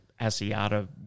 Asiata